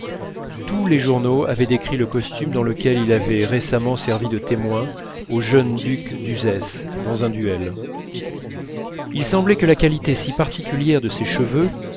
tous les journaux avaient décrit le costume dans lequel il avait récemment servi de témoin au jeune duc d'uzès dans un duel il semblait que la qualité si particulière de ses cheveux